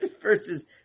versus